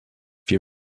wir